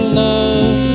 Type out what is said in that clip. love